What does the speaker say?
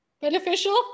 beneficial